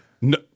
No